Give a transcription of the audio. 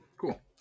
Cool